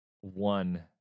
one